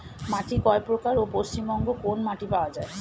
মাটি কয় প্রকার ও পশ্চিমবঙ্গ কোন মাটি পাওয়া য়ায়?